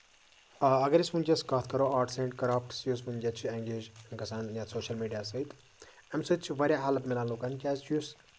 آ اَگر أسۍ وٕنکیٚس کَتھ کرو آرٹٔس اینڈ کرافٹٔس یُس وٕنکیٚس چھُ اینگیج گژھان سوشَل میٖڈیاہَس سۭتۍ اَمہِ سۭتۍ چھُ واریاہ ہٮ۪لٔپ مِلان لُکَن کیازِ کہِ یُس